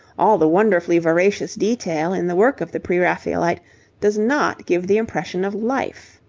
all the wonderfully veracious detail in the work of the pre-raphaelite does not give the impression of life.